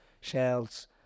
Shells